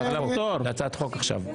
זה הצעת חוק עכשיו.